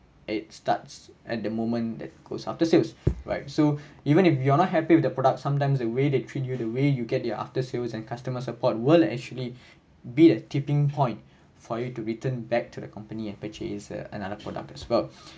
it starts at the moment that goes after sales right so even if you're not happy with the product sometimes the way they treat you the way you get your after sales and customer support will actually be the tipping point for you to return back to the company and purchase a another product as well